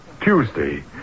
Tuesday